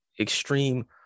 extreme